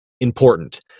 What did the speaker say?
important